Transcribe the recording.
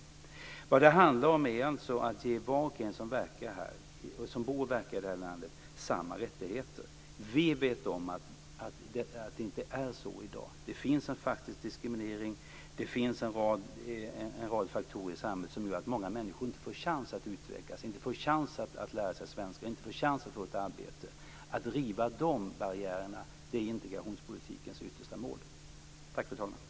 Vad det handlar om är att ge var och en som bor och verkar i det här landet samma rättigheter. Vi vet om att det inte är så i dag. Det finns en faktisk diskriminering och en rad faktorer i samhället som gör att många människor inte får chans att utvecklas, att lära sig svenska och att få ett arbete. Att riva de barriärerna är integrationspolitikens yttersta mål. Tack, fru talman!